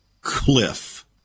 cliff